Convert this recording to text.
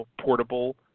portable